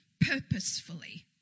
purposefully